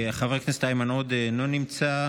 חבר הכנסת איימן עודה, אינו נמצא.